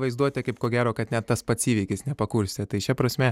vaizduotė kaip ko gero kad ne tas pats įvykis nepakurstė tai šia prasme